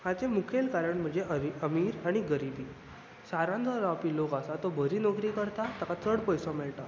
हाचे मुखेल कारण म्हणजे अमीर आनी गरिबी शारांत जो रावपी लोक आसा तो बरी नोकरी करता ताका चड पयसो मेळटा